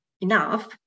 enough